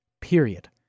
Period